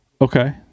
Okay